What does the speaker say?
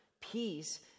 peace